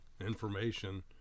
information